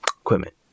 equipment